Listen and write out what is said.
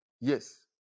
Yes